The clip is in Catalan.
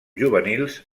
juvenils